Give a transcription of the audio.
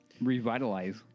revitalize